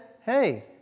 hey